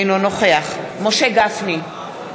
אינו נוכח משה גפני,